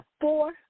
four